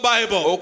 Bible